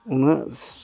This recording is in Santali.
ᱩᱱᱟᱹᱜ